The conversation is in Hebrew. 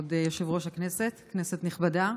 כבוד יושב-ראש הכנסת, כנסת נכבדה,